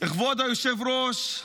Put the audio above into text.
כבוד היושב-ראש,